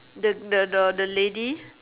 the the the lady